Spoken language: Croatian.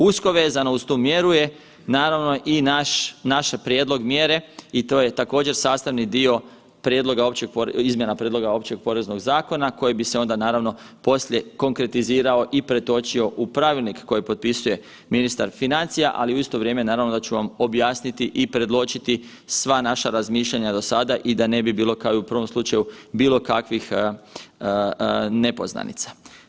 Usko vezano uz tu mjeru je naravno i naš, naše prijedlog mjere i to je također sastavni dio izmjena prijedloga Općeg poreznog zakona koji bi se onda naravno poslije konkretizirao i pretočio u pravilnik koji potpisuje ministar financija, ali u isto vrijeme naravno da ću vam objasniti i predočiti sva naša razmišljanja do sada i da ne bi bilo kao i u prvom slučaju bilo kakvih nepoznanica.